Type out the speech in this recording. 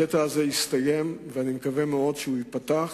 הקטע הזה יסתיים ואני מקווה מאוד שייפתח.